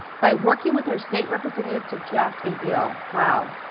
by working with her state representative to draft a bill. wow.